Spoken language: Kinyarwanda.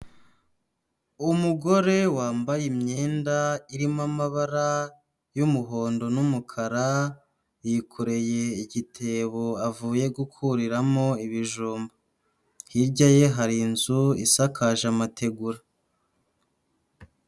Umugore wambaye imyenda irimo amabara y'umuhondo n'umukara yikoreye igitebo avuye gukuriramo ibijumba, hirya ye hari inzu isakaje amategura.